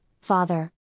Father